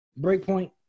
Breakpoint